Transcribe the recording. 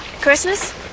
Christmas